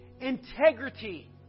integrity